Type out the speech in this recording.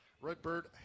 Redbird